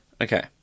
Okay